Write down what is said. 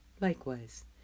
Likewise